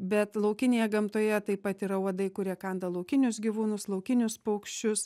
bet laukinėje gamtoje taip pat yra uodai kurie kanda laukinius gyvūnus laukinius paukščius